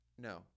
no